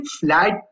flat